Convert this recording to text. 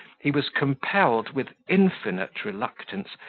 he was compelled, with infinite reluctance,